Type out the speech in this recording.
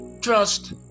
Trust